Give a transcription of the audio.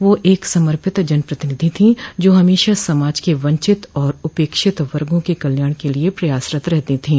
वह एक समर्पित जनप्रतिनिधि थीं जो हमेशा समाज के वंचित और उपेक्षित वर्गो के कल्याण के लिए प्रयासरत रहती थीं